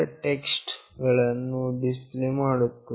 text ಗಳನ್ನು display ಮಾಡುತ್ತದೆ